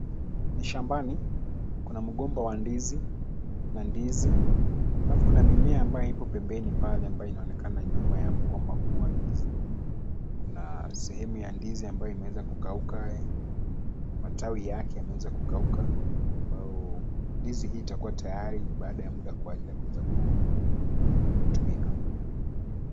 Ni shambani, kuna mgomba wa ndizi na ndizi alafu kua mimea ambayo ipo pembeni pale ambayo inaonekana nyuma ya mgomba huu wa ndizi. Kuna sehemu ya ndizi ambayo imeweza kukauka, matawi yake yameweza kukauka ambayo ndizi hii itakuwa tayari baada ya muda kwa ajili ya kuweza kutumika.